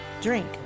Drink